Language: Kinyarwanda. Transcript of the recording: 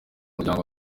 muryango